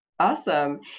Awesome